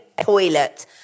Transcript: toilet